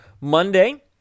Monday